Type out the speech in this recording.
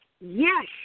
Yes